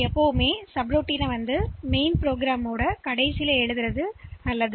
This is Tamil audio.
இருப்பினும் முக்கிய திட்டங்களின் முடிவில் சப்ரூட்டீனை வைப்பது நல்லது